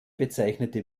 bezeichnete